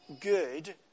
good